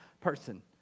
person